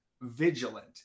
vigilant